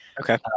Okay